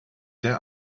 der